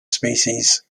species